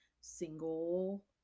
single